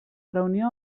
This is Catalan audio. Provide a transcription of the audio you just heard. reunió